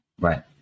Right